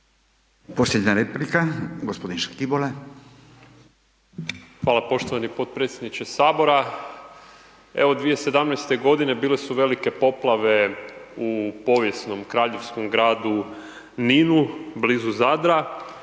**Škibola, Marin (Nezavisni)** Hvala poštovani potpredsjedniče Sabora. 2017. g. bile su velike poplave u povijesnom kraljevskom gradu Ninu blizu Zadra,